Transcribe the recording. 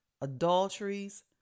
adulteries